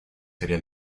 sería